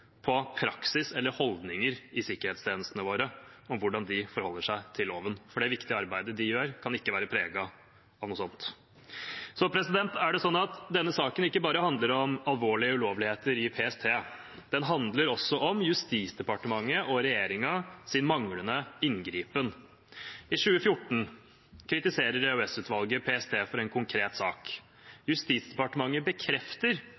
på praksis eller holdninger i sikkerhetstjenestene våre om hvordan de forholder seg til loven, for det viktige arbeidet de gjør, kan ikke være preget av noe sånt. Denne saken handler ikke bare om alvorlige ulovligheter i PST. Den handler også om Justisdepartementet og regjeringens manglende inngripen. I 2014 kritiserte EOS-utvalget PST for en konkret sak. Justisdepartementet bekrefter